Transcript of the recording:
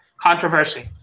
controversy